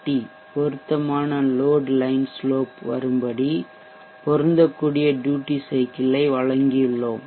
D பொருத்தமான load line slope வரும்படி பொருந்தக்கூடிய ட்யூட்டி சைக்கிள் ஐ வழங்கியுள்ளோம்